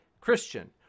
Christian